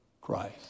Christ